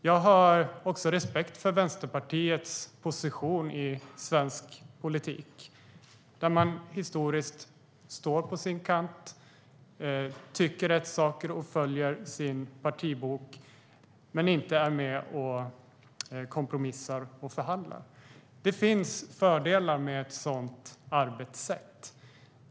Jag har respekt för Vänsterpartiets position i svensk politik, där man historiskt står på sin kant, tycker rätt saker och följer sin partibok men inte är med och kompromissar och förhandlar. Det finns fördelar med ett sådant arbetssätt.